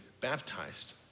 baptized